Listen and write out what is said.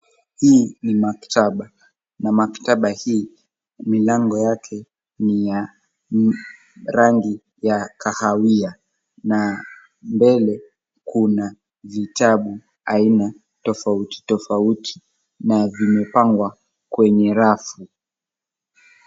Hii ni maktaba na maktaba hii milango yake ni ya rangi ya kahawia na mbele kuna vitabu aina tafauti tafauti na vimepangwa kwenye rafu.